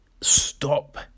stop